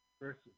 First